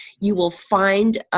you will find